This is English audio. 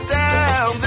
down